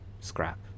Scrap